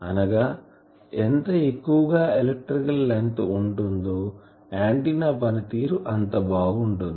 అనగా ఎంత ఎక్కువ గా ఎలక్ట్రికల్ లెంగ్త్ ఉంటుందో ఆంటిన్నా పనితీరు అంతా బాగుంటుంది